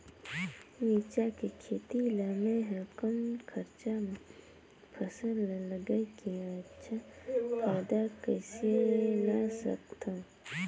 मिरचा के खेती ला मै ह कम खरचा मा फसल ला लगई के अच्छा फायदा कइसे ला सकथव?